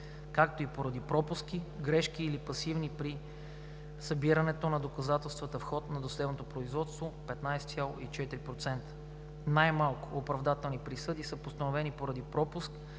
както и поради пропуски, грешки или пасивност при събиране на доказателствата в хода на досъдебното производство – 15,4%. Най‑малко оправдателни присъди са постановени поради пропуски